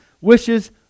wishes